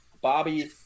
Bobby